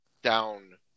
Down